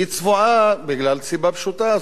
היא צבועה, בגלל סיבה פשוטה.